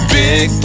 big